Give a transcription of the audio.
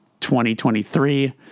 2023